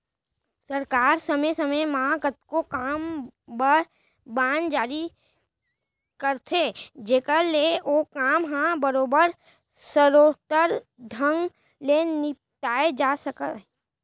सरकार समे समे म कतको काम बर बांड जारी करथे जेकर ले ओ काम ह बरोबर सरोत्तर ढंग ले निपटाए जा सकय